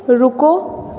रुको